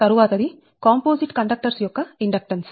తరువాత the composite conductors యొక్క inductance